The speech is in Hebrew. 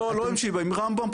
לא, לא עם שיבא, עם רמב"ם.